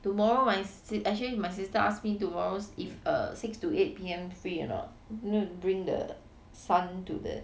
tomorrow my sis~ actually my sister asked me tomorrow if err six to eight P_M free or not n~ bring the son to the